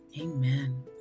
Amen